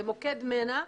למוקד מנ"ע,